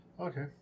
Okay